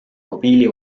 mobiili